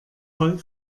voll